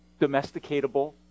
Domesticatable